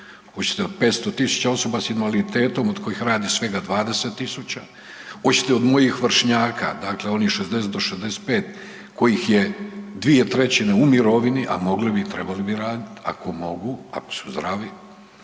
oćete od 500 000 osoba s invaliditetom od kojih radi svega 20 000, oćete od mojih vršnjaka, dakle onih od 60 do 65 kojih je 2/3 u mirovini, a mogli bi i trebali bi radit ako mogu ako su zdravi,